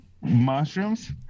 mushrooms